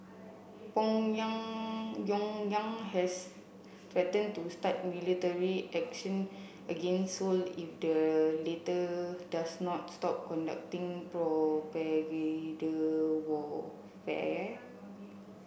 has threaten to start military action against Seoul if the latter does not stop conducting propaganda warfare